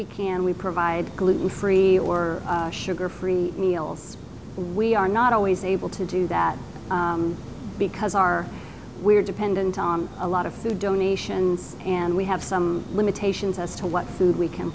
we can we provide gluten free or sugar free meals we are not always able to do that because our we're dependent on a lot of food donations and we have some limitations as to what food we can